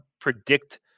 predict